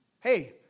Hey